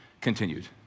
continued